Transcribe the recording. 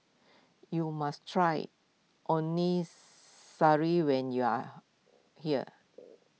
you must try Onisari when you are here